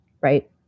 right